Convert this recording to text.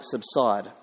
subside